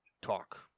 talk